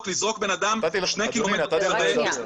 לזרוק בן אדם שני קילומטרים בשדה חשוך?